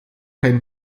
kein